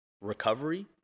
recovery